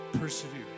Persevere